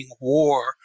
war